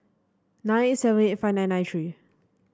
nine eight seven eight five nine nine three